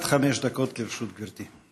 עד חמש דקות לרשות גברתי.